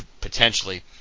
potentially